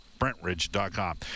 Brentridge.com